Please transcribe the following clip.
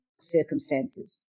circumstances